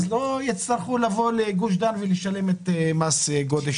אנשים לא יצטרכו לבוא לגוש דן ולשלם את מס הגודש.